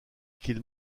qu’ils